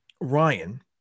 Ryan